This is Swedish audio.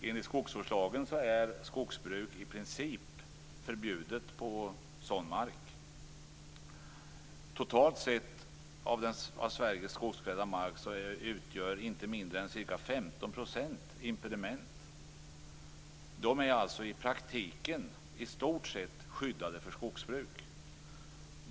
Enligt skogsvårdslagen är skogsbruk i princip förbjudet på sådan mark. Av Sveriges skogsklädda mark utgörs inte mindre än ca 15 % av impediment som i praktiken är skyddade för skogsbruk.